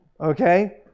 Okay